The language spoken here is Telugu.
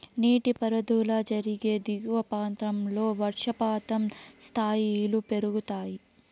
నీటిపారుదల జరిగే దిగువ ప్రాంతాల్లో వర్షపాతం స్థాయిలు పెరుగుతాయి